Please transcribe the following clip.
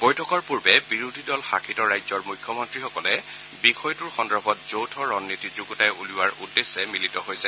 বৈঠকৰ পূৰ্বে বিৰোধী দল শাসিত ৰাজ্যৰ মুখ্যমন্ত্ৰীসকলে বিষয়টো সন্দৰ্ভত যৌথ ৰণনীতি যুগুতাই উলিওৱাৰ উদ্দেশ্যে মিলিত হৈছে